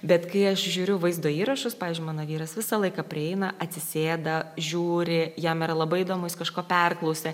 bet kai aš žiūriu vaizdo įrašus pavyzdžiui mano vyras visą laiką prieina atsisėda žiūri jam yra labai įdomu jis kažko perklausia